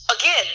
Again